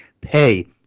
pay